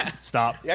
Stop